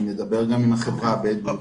אני מדבר גם עם החברה הבדואית.